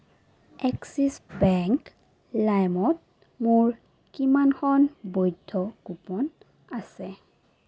axis bank লাইমত মোৰ কিমানখন বৈধ কুপন আছে